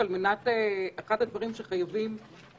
על מנת להגן על שלומו ובריאותו של הציבור,